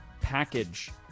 package